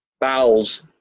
bowels